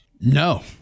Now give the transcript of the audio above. No